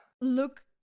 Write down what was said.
look